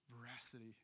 Veracity